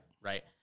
Right